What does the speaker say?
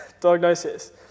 diagnosis